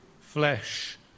flesh